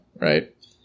right